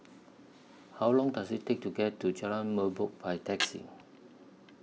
How Long Does IT Take to get to Jalan Merbok By Taxi